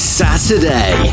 saturday